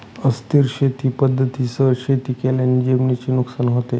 अस्थिर शेती पद्धतींसह शेती केल्याने जमिनीचे नुकसान होते